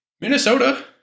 Minnesota